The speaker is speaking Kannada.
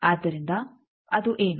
ಆದ್ದರಿಂದ ಅದು ಏನು